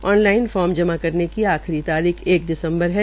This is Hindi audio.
ऑन लाइन फार्म जमा कराने की आखिरी तारीख एक दिसम्बर है